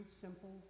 simple